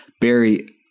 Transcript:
Barry